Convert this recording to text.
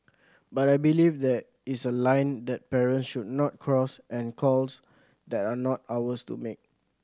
but I believe that It's a line that parents should not cross and calls that are not ours to make